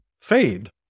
fade